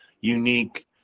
unique